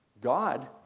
God